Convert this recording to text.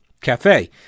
Cafe